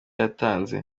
yatanze